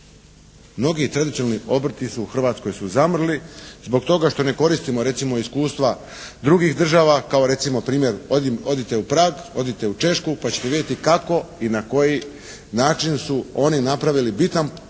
Mnogi tradicionalni obrti u Hrvatskoj su zamrli zbog toga što ne koristimo recimo iskustva drugih država kao recimo primjer, odite u Prag, odite u Češku pa ćete vidjeti kako i na koji način su oni napravili bitan pomak,